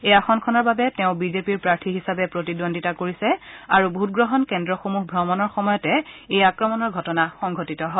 এই আসনখনৰ বাবে তেওঁ বিজেপিৰ প্ৰাৰ্থী হিচাবে প্ৰতিদ্বন্দীতা কৰিছে আৰু ভোটগ্ৰহণ কেন্দ্ৰসমূহ অমণৰ সময়তে এই আক্ৰমণৰ ঘটনা সংঘটিত হয়